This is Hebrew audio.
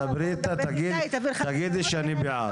דברי איתה תגידי שאני בעד.